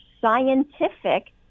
scientific